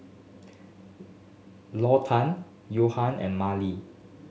Lawton and Marlee